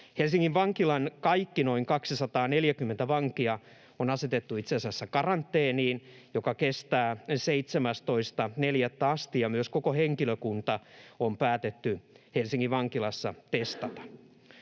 Helsingin vankilan kaikki noin 240 vankia on itse asiassa asetettu karanteeniin, joka kestää 17.4. asti, ja myös koko henkilökunta on päätetty Helsingin vankilassa testata.